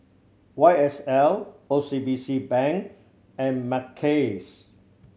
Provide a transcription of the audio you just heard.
Y S L O C B C Bank and Mackays